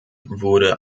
wurde